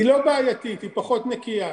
היא לא בעייתית, היא פחות נקייה.